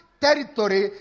territory